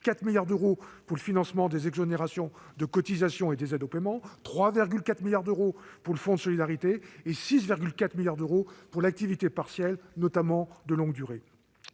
4 milliards d'euros pour le financement des exonérations de cotisations et des aides au paiement ; 3,4 milliards d'euros pour le fonds de solidarité et 6,4 milliards d'euros pour l'activité partielle, notamment de longue durée.